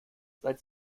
seit